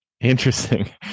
interesting